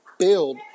build